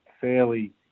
fairly